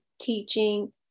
teaching